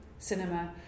cinema